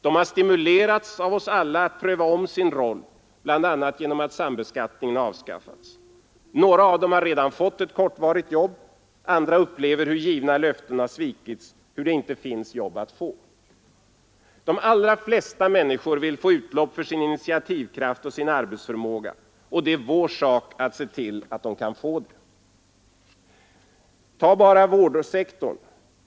De har stimulerats av oss alla att pröva om sin roll bl.a. genom att sambeskattningen har avskaffats. Några av dem har redan fått ett kortvarigt jobb, andra upplever hur givna löften svikits och hur det inte finns jobb att få. De allra flesta människor vill få utlopp för sin initiativkraft och arbetsförmåga, och det är vår sak att söka se till att de kan få det. Låt oss bara ta vårdsektorn som ett exempel.